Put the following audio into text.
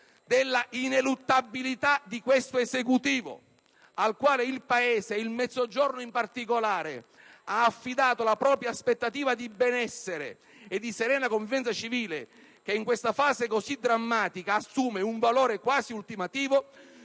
della ineluttabilità di questo Esecutivo, al quale il Paese, e il Mezzogiorno in particolare, ha affidato la propria aspettativa di benessere e di serena convivenza civile, che in questa fase così drammatica assume un valore quasi ultimativo,